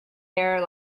air